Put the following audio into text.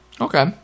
Okay